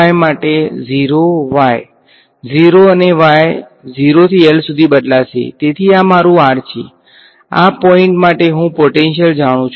different y માટે 0 y 0 અને y 0 થી L સુધી બદલાશે તેથી આ મારું r છે આ પોઈંટસ માટે હું પોટેંશીયલ જાણું છું